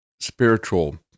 spiritual